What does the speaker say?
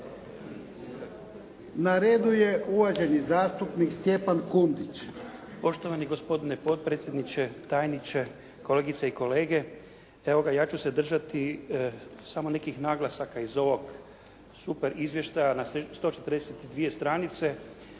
Na redu je uvaženi zastupnik Stjepan Kundić. **Kundić, Stjepan (HDZ)** Poštovani gospodine potpredsjedniče, tajniče, kolegice i kolege. Evo ga ja ću se držati samo nekih naglasaka iz ovog super izvještaja na 142 stranice,